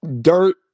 dirt